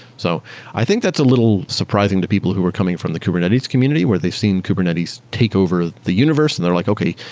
so i think that's a little surprising to people who are coming from the kubernetes community where they've seen kubernetes take over the universe and they're like, okay.